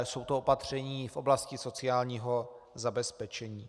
Jsou to opatření v oblasti sociálního zabezpečení.